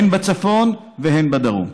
הן בצפון והן בדרום.